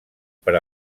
per